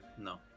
no